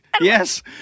yes